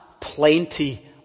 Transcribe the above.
plenty